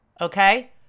Okay